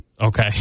okay